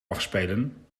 afspelen